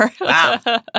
Wow